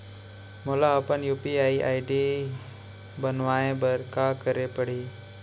मोला अपन UPI ID बनाए बर का करे पड़ही?